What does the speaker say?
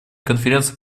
конференция